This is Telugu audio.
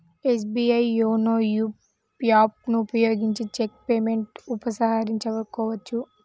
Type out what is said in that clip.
ఎస్బీఐ యోనో యాప్ ను ఉపయోగించిన చెక్ పేమెంట్ ఉపసంహరించుకోవచ్చు